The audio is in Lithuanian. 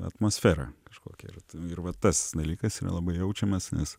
atmosfera kažkokia ir ir vat tas dalykas yra labai jaučiamas nes